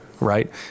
right